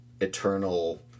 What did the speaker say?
eternal